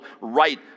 right